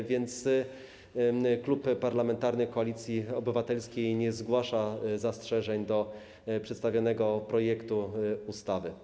A więc Klub Parlamentarny Koalicja Obywatelska nie zgłasza zastrzeżeń do przedstawionego projektu ustawy.